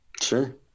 Sure